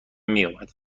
میومد